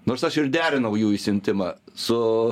nors aš ir derinau jų išsiuntimą su